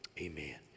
amen